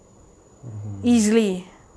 mm mm